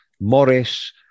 Morris